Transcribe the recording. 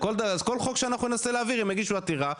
אז כל חוק שאנחנו ננסה להעביר הם יגישו עתירה,